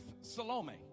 Salome